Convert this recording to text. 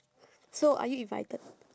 so are you invited